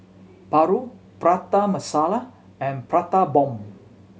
paru Prata Masala and Prata Bomb